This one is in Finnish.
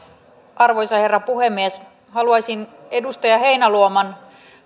arvoisa herra puhemies haluaisin edustaja heinäluoman